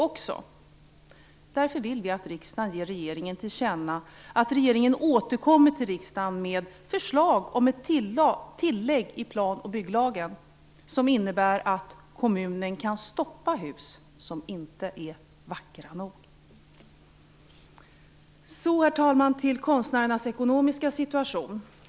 Vi vill därför att riksdagen skall ge regeringen till känna att denna skall återkomma till riksdagen med förslag om ett tillägg till plan och bygglagen som innebär att kommunen kan stoppa hus som inte är vackra nog. Så, herr talman, några ord om konstnärernas ekonomiska situation.